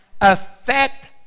affect